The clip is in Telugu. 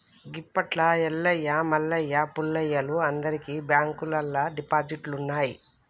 గిప్పట్ల ఎల్లయ్య మల్లయ్య పుల్లయ్యలు అందరికి బాంకుల్లల్ల డిపాజిట్లున్నయ్